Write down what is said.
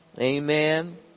Amen